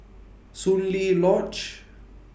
Soon Lee Lodge